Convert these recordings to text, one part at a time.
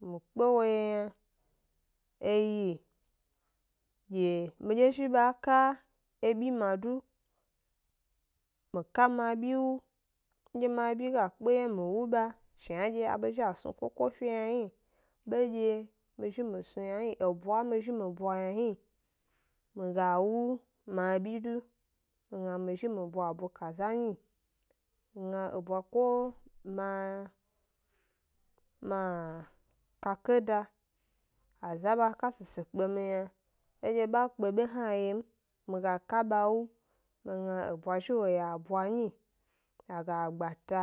Mi kpe wo 'ye yna, e yi ge midye zhi ba ka ebyi ma du, mi ka mi abyi wu, ndye mi abyi ga kpe ye m, mi wu ba shnandye a be zhi asnu koko 'fe yna hni, bendye mi zhi mi snu yna hni, ebwa mi zhi mi bwa yna hni, mi ga wu mi abyi du, mi gna mi zhi mi bwa ebwe kaza nyi, nga ebwa ko ma makakeda, aza ba ka sesekpe mi yna, edye ba kpe be hna ye m, mi ga ka ba wu mi gna ebwa zhi wo yio a bwa nyi, a ga 'gba ta,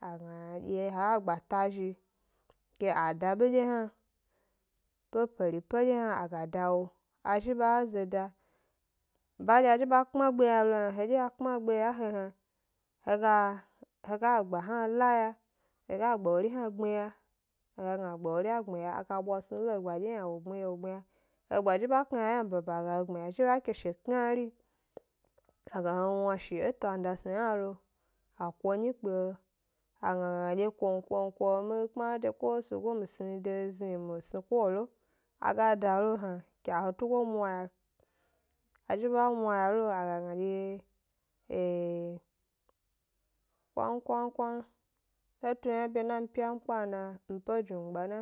a gna dye ha 'gba ta zhi, ke a da bedye hna, pe-pe-peri pe dye hna a ga da, a ga zhi ba zo da, badye a zhi ba kpma 'gbe ya lo hna, hedye a kpma 'gbe ya e he hna, he ga he ga 'gba hna laya, he ga gba wori hna gbiya, a ga gna a 'gba wori hna gbiya, a ga bwa snu lo, egba dye hna wo gbmiya wo gbmiya, egba zhi ba knaya yna baba, a ga he gbmiya, zhi ha ke shi knari, a ga he wna shi e tandasni hna lo, a ko 'nyi kpe he a gna dye, kon-kon-kon mi kpma 'de ko e sugo mi sni dezni ke mi sni kolo, a ga da lo hna ke a he tugo mwaya, a zhi ba mwa ya a ga gna dye eee, kwan-kwan-kwan, he tu 'yna bye na e mi pyankpa na? Mi pe jnungba 'na.